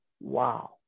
Wow